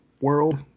world